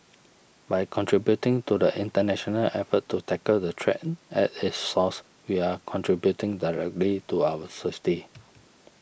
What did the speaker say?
by contributing to the international effort to tackle the threat at its source we are contributing directly to our safety